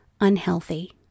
unhealthy